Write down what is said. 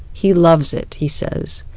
he loves it. he says,